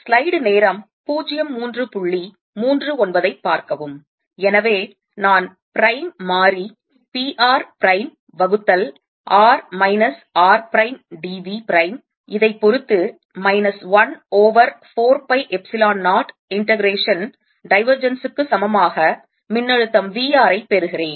எனவே நான் பிரைம் மாறி p r பிரைம் வகுத்தல் r minus r prime d v prime ஐ பொருத்து minus 1 over 4 pi epsilon 0 integration divergence க்கு சமமாக மின்னழுத்தம் v r ஐ பெறுகிறேன்